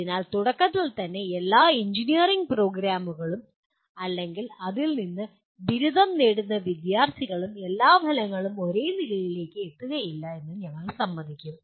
അതിനാൽ തുടക്കത്തിൽ എല്ലാ എഞ്ചിനീയറിംഗ് പ്രോഗ്രാമുകളും അല്ലെങ്കിൽ അതിൽ നിന്ന് ബിരുദം നേടുന്ന വിദ്യാർത്ഥികളും എല്ലാ ഫലങ്ങളും ഒരേ നിലയിലേക്ക് എത്തുകയില്ല എന്ന് ഞങ്ങൾ സമ്മതിക്കും